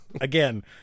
Again